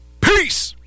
Peace